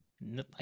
No